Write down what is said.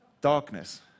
Darkness